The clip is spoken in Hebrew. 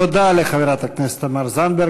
תודה לחברת הכנסת תמר זנדברג.